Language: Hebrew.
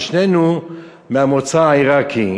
ושנינו מהמוצא העיראקי,